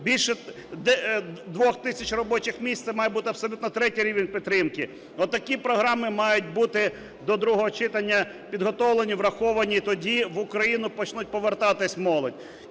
більше 2 тисяч робочих місць – це має бути абсолютно третій рівень підтримки. Отакі програми мають бути до другого читання підготовлені, враховані, тоді в Україну почне повертатись молодь.